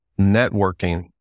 networking